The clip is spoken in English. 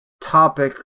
topic